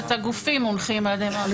שלושת הגופים מונחים על ידי מערך הסייבר.